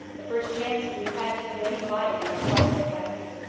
the first chance ve've had to do any fighting in our proper capacity.